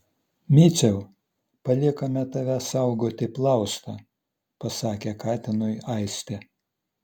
miciau paliekame tave saugoti plaustą pasakė katinui aistė